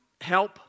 help